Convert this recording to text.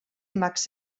max